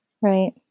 right